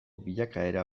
bilakaera